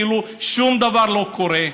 כאילו שום דבר לא קורה.